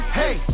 hey